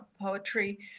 poetry